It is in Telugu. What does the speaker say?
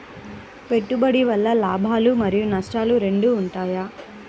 పెట్టుబడి వల్ల లాభాలు మరియు నష్టాలు రెండు ఉంటాయా?